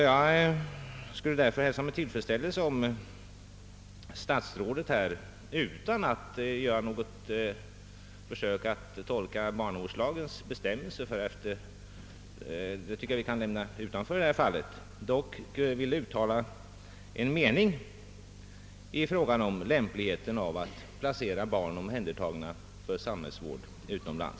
Jag skulle därför med tillfredsställelse hälsa om statsrådet — utan att försöka tolka barnavårdslagens bestämmelser, ty dem kan vi lämna utanför — ville uttala en mening i fråga om lämpligheten att utomlands placera barn omhändertagna för samhällsvård.